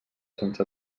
sense